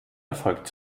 erfolgt